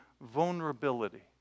vulnerability